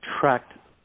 tracked